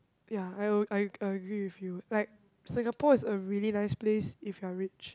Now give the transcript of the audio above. ya I would I I agree with you like Singapore is a really nice place if you're rich